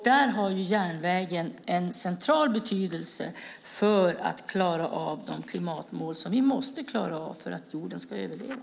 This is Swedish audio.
Där har järnvägen en central betydelse för att klara av de klimatmål som vi måste klara av för att jorden ska överleva.